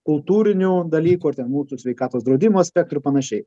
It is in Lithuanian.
kultūrinių dalykų ar ten mūsų sveikatos draudimo aspektų ir panašiai